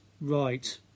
right